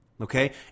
okay